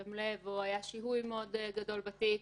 תום לב או שהיה שיהוי גדול מאוד בתיק,